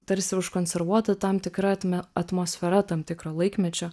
tarsi užkonservuota tam tikra atme atmosfera tam tikro laikmečio